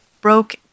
broke